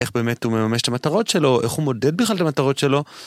איך באמת הוא מממש את המטרות שלו, איך הוא מודד בכלל את המטרות שלו.